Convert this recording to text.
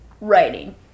Writing